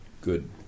good